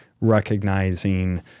recognizing